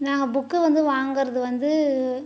நாங்கள் புக்கு வந்து வாங்குறது வந்து